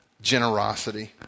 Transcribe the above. generosity